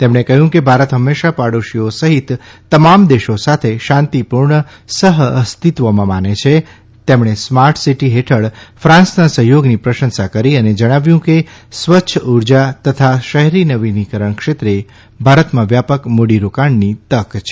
તેમણે કહ્યું કે ભારત હંમેશા પડોશ્રીઓ સહિત તમામ દેશો સાથે શાંતિપૂર્ણ સહઅેસ્તત્વમાં માને છે તેમણે સ્માર્ટસીટી હેઠળ ફાન્સના સહયોગની પ્રશંસા કરી અને જણાવ્યુંં કે સ્વચ્છ ઉર્જા તથા શહેરી નવીનીકરણ ક્ષેત્રે ભારતમાં વ્યાપક મૂડીરોકાણની તક છે